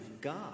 God